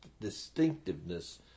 distinctiveness